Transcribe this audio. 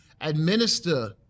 administer